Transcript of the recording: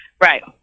Right